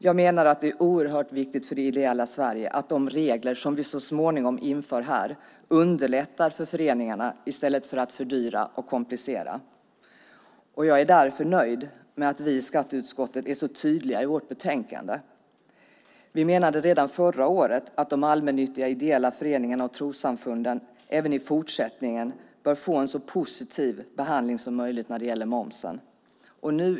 Jag menar att det är oerhört viktigt för det ideella Sverige att de regler som vi så småningom inför här underlättar för föreningarna i stället för att fördyra och komplicera. Jag är därför nöjd med att vi i skatteutskottet är så tydliga i vårt betänkande. Vi menade redan förra året att de allmännyttiga ideella föreningarna och trossamfunden även i fortsättningen bör få en så positiv behandling som möjligt när det gäller momsen.